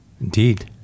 indeed